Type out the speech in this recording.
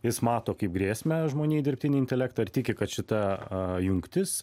jis mato kaip grėsmę žmonijai dirbtinį intelektą ir tiki kad šita jungtis